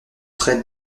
traite